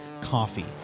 coffee